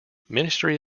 ministry